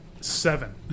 Seven